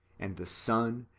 and the son,